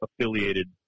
affiliated